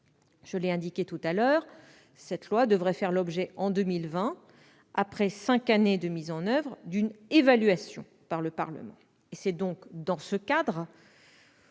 Je l'ai indiqué tout à l'heure, ce texte devrait faire l'objet, en 2020, après cinq années de mise en oeuvre, d'une évaluation par le Parlement. C'est donc dans ce cadre,